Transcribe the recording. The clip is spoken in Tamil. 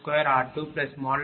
0567